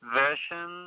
version